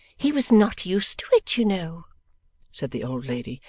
he was not used to it, you know said the old lady,